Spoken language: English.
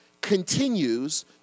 continues